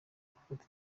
gufata